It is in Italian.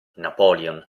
napoleon